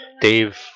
Dave